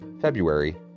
February